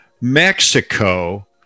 Mexico